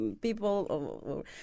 people